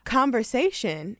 conversation